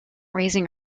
raising